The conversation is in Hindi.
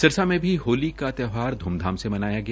सिरसा में भी होली का त्यौहार धूमधाम से मनाया गया